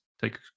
take